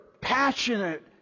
passionate